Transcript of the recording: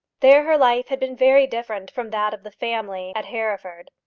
there her life had been very different from that of the family at hereford.